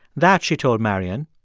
that, she told marion,